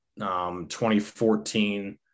2014